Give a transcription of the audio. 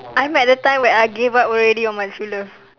I'm at the time where I gave up already on my true love